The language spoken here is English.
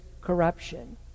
corruption